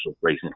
raising